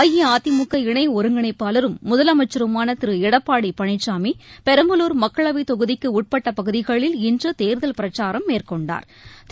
அஇஅதிமுக இணைஒருங்கிணைப்பாளரும் முதலமைச்சருமானதிருளடப்பாடிபழனிசாமி பெரம்பலுள் மக்களவைத் தொகுதிக்குஉட்பட்டபகுதிகளில் இன்றுதேர்தல் பிரச்சாரம் மேற்கொண்டாா்